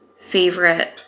favorite